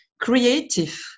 creative